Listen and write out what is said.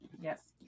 Yes